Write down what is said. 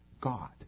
God